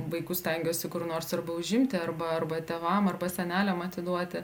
vaikus stengiuosi kur nors arba užimti arba arba tėvam arba seneliam atiduoti